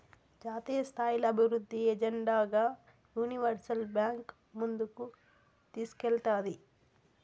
జాతీయస్థాయిల అభివృద్ధి ఎజెండాగా యూనివర్సల్ బాంక్ ముందుకు తీస్కేల్తాది